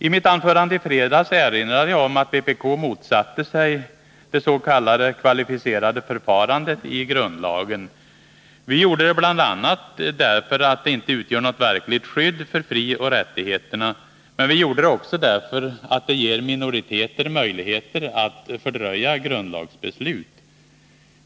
I mitt anförande i fredags erinrade jag om att vpk motsatte sig det s.k. kvalificerade förfarandet i grundlagen. Vi gjorde det bl.a. därför att det inte utgör något verkligt skydd för frioch rättigheterna, men vi gjorde det också därför att det ger minoriteter möjligheter att fördröja grundlagsbeslut.